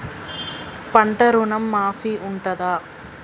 పంట ఋణం మాఫీ ఉంటదా?